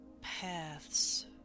paths